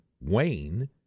Wayne